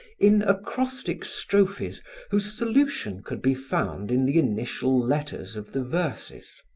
in acrostic strophes whose solution could be found in the initial letters of the verses.